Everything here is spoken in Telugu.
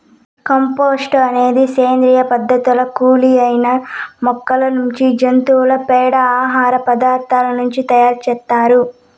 కంపోస్టు అనేది సేంద్రీయ పదార్థాల కుళ్ళి పోయిన మొక్కల నుంచి, జంతువుల పేడ, ఆహార పదార్థాల నుంచి తయారు చేత్తారు